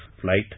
flight